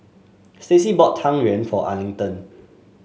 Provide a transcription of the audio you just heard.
Staci bought Tang Yuen for Arlington